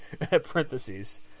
parentheses